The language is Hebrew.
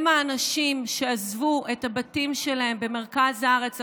הם האנשים שעזבו את הבתים שלהם במרכז הארץ,